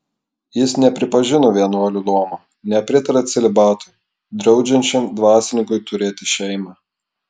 jis nepripažino vienuolių luomo nepritarė celibatui draudžiančiam dvasininkui turėti šeimą